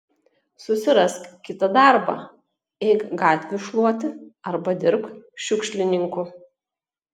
susirask kitą darbą eik gatvių šluoti arba dirbk šiukšlininku